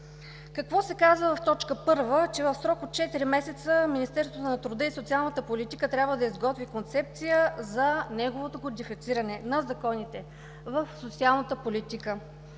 Какво се казва в т. 1 – че в срок от четири месеца Министерството на труда и социалната политика трябва да изготви концепция за кодифициране на законите в социалната политика.